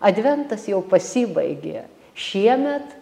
adventas jau pasibaigė šiemet